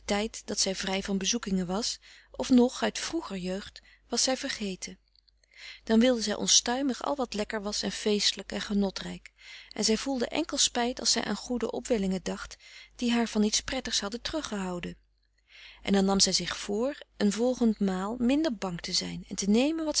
tijd dat zij vrij van bezoekingen was of nog uit vroeger jeugd was zij vergeten dan wilde zij onstuimig al wat lekker was en feestelijk en genotrijk en zij voelde enkel spijt als zij aan goede opwellingen dacht die haar van iets prettigs hadden teruggehouden en dan nam zij zich vr een volgende maal minder bang te zijn en te nemen wat